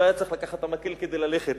הוא היה צריך לקחת את המקל כדי ללכת,